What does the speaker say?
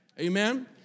Amen